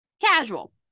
Casual